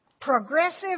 progressive